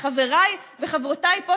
שחבריי וחברותיי פה,